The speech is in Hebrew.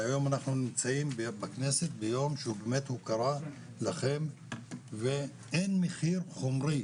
היום אנחנו נמצאים בכנסת ביום שהוא באמת הוא קרא לכם ואין מחיר חומרי